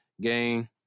game